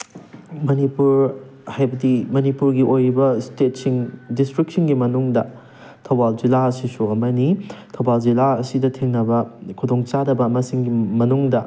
ꯃꯅꯤꯄꯨꯔ ꯍꯥꯏꯕꯗꯤ ꯃꯅꯤꯄꯨꯔꯒꯤ ꯑꯣꯏꯔꯤꯕ ꯏꯁꯇꯦꯠꯁꯤꯡ ꯗꯤꯁꯇ꯭ꯔꯤꯛꯁꯤꯡꯒꯤ ꯃꯅꯨꯡꯗ ꯊꯧꯕꯥꯜ ꯖꯤꯂꯥ ꯑꯁꯤꯁꯨ ꯑꯃꯅꯤ ꯊꯧꯕꯥꯜ ꯖꯤꯂꯥ ꯑꯁꯤꯗ ꯊꯦꯡꯅꯕ ꯈꯨꯗꯣꯡꯆꯥꯗꯕ ꯑꯃꯁꯤꯡꯒꯤ ꯃꯅꯨꯡꯗ